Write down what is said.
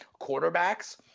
quarterbacks